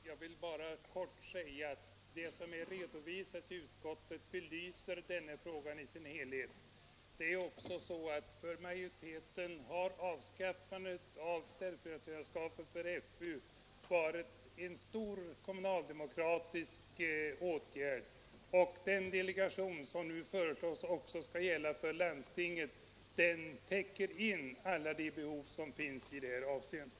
Herr talman! Jag vill bara kort säga att det som redovisats i utskottet belyser den här frågan i dess helhet. För majoriteten har avskaffandet av ställföreträdarskapet för förvaltningsutskottet varit en stor kommunaldemokratisk åtgärd. Den delegation som nu också föreslås skola gälla för landstinget täcker alla de behov som finns för landstingens praktiska arbete.